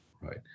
right